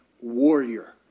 warrior